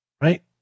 right